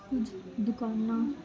ਕੁਝ ਦੁਕਾਨਾਂ